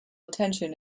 attention